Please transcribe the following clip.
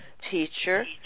teacher